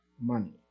money